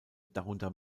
darunter